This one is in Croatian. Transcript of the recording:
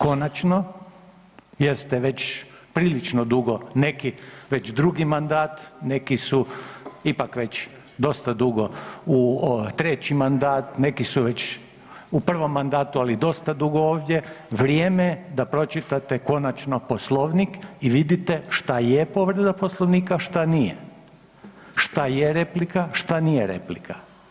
Konačno jer ste već prilično dugo, neki već drugi mandat, neki su ipak već dosta dugo u ovo je treći mandat, neki su već u prvom mandatu ali dosta dugo ovdje, vrijeme da pročitate konačno Poslovnik i vidite što je povreda Poslovnika a što nije, što je replika što nije replika.